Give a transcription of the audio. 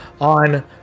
on